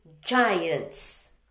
giants